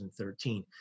2013